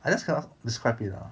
I just cannot describe it lah